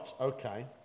okay